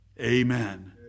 amen